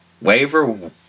Waiver